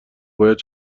باید